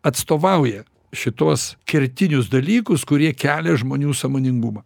atstovauja šituos kertinius dalykus kurie kelia žmonių sąmoningumą